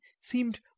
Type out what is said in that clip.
seemed